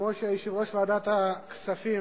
כמו שיושב-ראש ועדת הכספים,